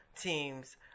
teams